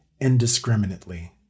indiscriminately